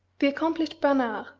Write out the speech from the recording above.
the accomplished bernard,